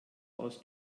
aus